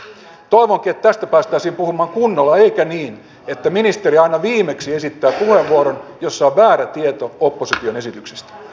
toivonkin että tästä päästäisiin puhumaan kunnolla eikä niin että ministeri aina viimeksi esittää puheenvuoron jossa on väärä tieto opposition esityksistä